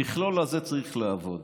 המכלול הזה צריך לעבוד.